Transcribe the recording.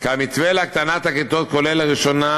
כי המתווה להקטנת הכיתות כולל לראשונה